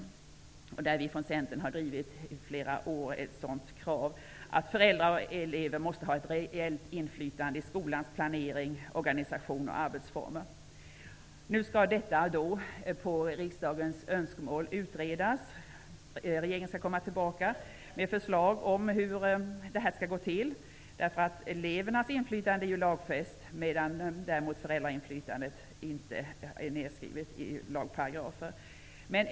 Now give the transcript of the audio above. Det är ett krav som vi från Centern har drivit sedan många år tillbaka. Föräldrar och elever måste ha ett reellt inflytande över skolans planering, organisation och arbetsformer. Detta skall nu efter riksdagens önskemål utredas. Regeringen skall komma tillbaka med förslag om hur det hela skall gå till. Elevernas inflytande är ju lagfäst, medan däremot föräldrainflytandet inte finns inkrivet i lagparagrafer.